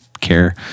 care